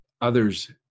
others